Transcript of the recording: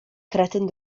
kretyn